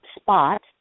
spot